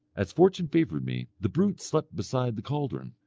as fortune favoured me, the brute slept beside the caldron.